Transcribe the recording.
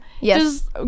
Yes